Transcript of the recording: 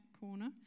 corner